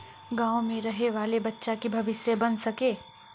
गाँव में रहे वाले बच्चा की भविष्य बन सके?